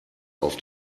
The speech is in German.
auf